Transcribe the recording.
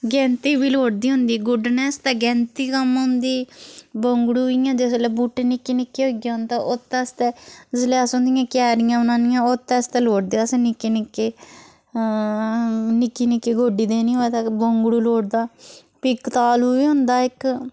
गैंती बी लोड़दी होंदी गुड्डने आस्तै गैंती कम्म औंदी बोगडूं इ'यां जिसलै बूह्टे निक्के निक्के होई जान ते ओह्दे आस्तै जिसलै असें उंदियां क्यारियां बनानियां ते ओह्दे आस्तै लोड़दे अस निक्के निक्के निक्की निक्की गोड्डी देनी होऐ ते बोगडूं लोड़दा फ्ही कतालु बी होंदा इक